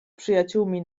przyjaciółmi